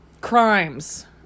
crimes